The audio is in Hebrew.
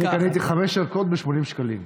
אני קניתי חמש ערכות ב-80 שקלים.